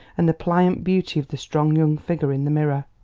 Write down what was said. and the pliant beauty of the strong young figure in the mirror.